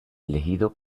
elegido